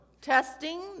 testing